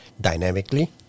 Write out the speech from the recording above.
Dynamically